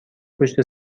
پشت